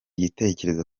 gitekerezo